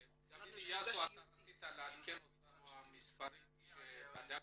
יאסו, אתה רצית לעדכן אותנו על הנתונים שבדקת.